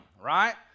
Right